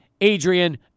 Adrian